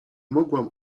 mogłam